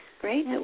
Great